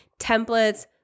templates